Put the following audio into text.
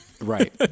Right